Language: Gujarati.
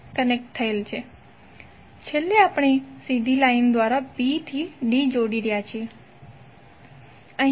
છેલ્લે આપણે સીધી લાઈન દ્વારા b થી b જોડી રહ્યા છીએ